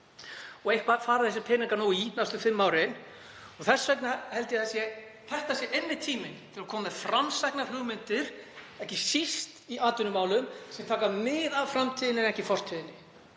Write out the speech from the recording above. í eitthvað fara þessir peningar næstu fimm árin. Þess vegna held ég að þetta sé einmitt tíminn til að koma með framsæknar hugmyndir, ekki síst í atvinnumálum, sem taka mið af framtíðinni en ekki fortíðinni.